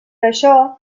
això